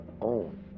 own